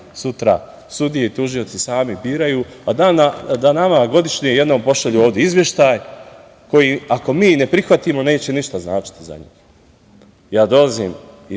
sutra sudije i tužioci sami biraju, a da nama godišnje jednom pošalju ovde izveštaj koji, ako mi ne prihvatimo neće ništa značiti za njih. Dolazim i